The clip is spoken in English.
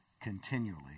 continually